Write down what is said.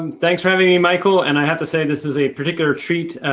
um thanks for having me, michael! and, i have to say, this is a particular treat.